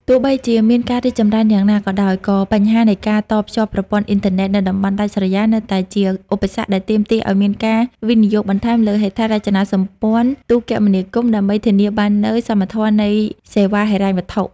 ទោះបីជាមានការរីកចម្រើនយ៉ាងណាក៏ដោយ ក៏បញ្ហានៃការតភ្ជាប់ប្រព័ន្ធអ៊ីនធឺណិតនៅតំបន់ដាច់ស្រយាលនៅតែជាឧបសគ្គដែលទាមទារឱ្យមានការវិនិយោគបន្ថែមលើហេដ្ឋារចនាសម្ព័ន្ធទូរគមនាគមន៍ ដើម្បីធានាបាននូវសមធម៌នៃសេវាហិរញ្ញវត្ថុ។